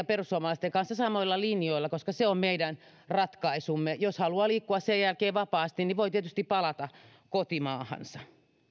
perussuomalaisten kanssa samoilla linjoilla se on meidän ratkaisumme jos haluaa liikkua sen jälkeen vapaasti niin voi tietysti palata kotimaahansa